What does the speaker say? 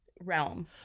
realm